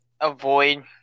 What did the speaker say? avoid